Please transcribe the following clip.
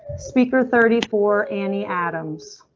speaker thirty four. annie adams.